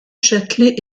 châtelet